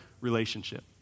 relationship